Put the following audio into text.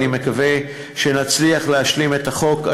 אני מקווה שנצליח להשלים את החוק,